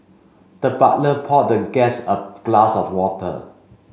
the butler poured the guest a glass of water